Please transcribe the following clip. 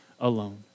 alone